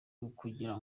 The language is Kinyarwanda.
ukugira